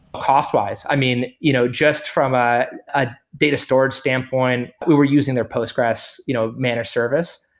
cost-wise. i mean, you know just from a ah data storage standpoint, we were using their postgresql you know manner service.